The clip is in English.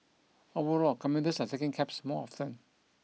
overall commuters are taking cabs more often